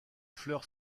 fleurs